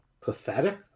pathetic